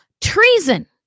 Treason